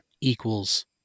equals